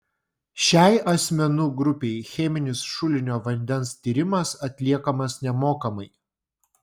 šiai asmenų grupei cheminis šulinio vandens tyrimas atliekamas nemokamai